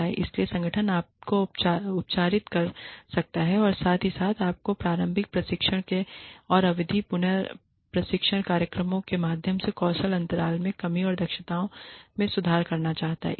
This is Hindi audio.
इसलिए संगठन आपको उपचारित कर सकता है और साथ ही साथ आपको प्रारंभिक प्रशिक्षण और आवधिक पुन प्रशिक्षण कार्यक्रमों के माध्यम से कौशल अंतराल में कमी और दक्षताओं में सुधार करना चाहता है